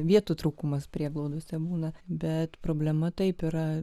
vietų trūkumas prieglaudose būna bet problema taip yra